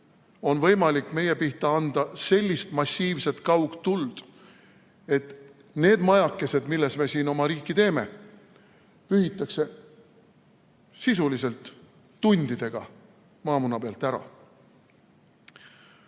on võimalik meie pihta anda sellist massiivset kaugtuld, et need majakesed, milles me siin oma riiki teeme, pühitakse sisuliselt tundidega maamuna pealt ära.